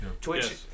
Twitch